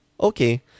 Okay